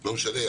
לא משנה,